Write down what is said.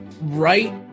Right